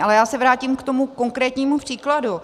Ale já se vrátím k tomu konkrétnímu příkladu.